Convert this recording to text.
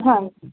ਹਾਂਜੀ